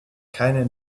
keine